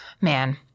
man